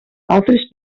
altres